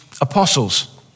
apostles